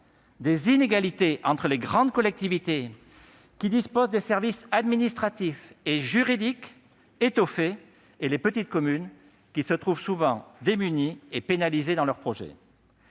des inégalités entre les grandes collectivités, qui disposent de services administratifs et juridiques étoffés, et les petites communes, qui se trouvent démunies et pénalisées dans leurs projets.